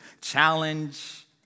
challenge